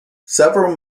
several